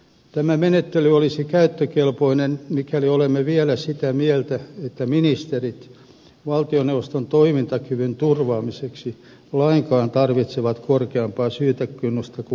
tämä menettely olisi käyttökelpoinen mikäli olemme vielä sitä mieltä että ministerit valtioneuvoston toimintakyvyn turvaamiseksi lainkaan tarvitsevat korkeampaa syytekynnystä kuin muut kansalaiset